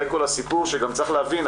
שגם צריך להבין,